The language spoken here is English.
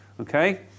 okay